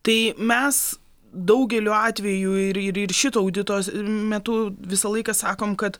tai mes daugeliu atvejų ir ir šito audito metu visą laiką sakom kad